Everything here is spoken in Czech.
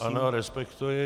Ano, respektuji.